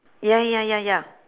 ya ya ya ya ya